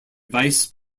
vice